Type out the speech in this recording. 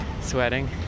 Sweating